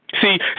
See